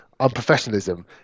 unprofessionalism